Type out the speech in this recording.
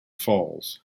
falls